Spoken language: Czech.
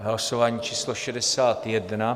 Hlasování číslo 61.